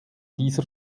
dieser